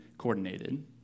coordinated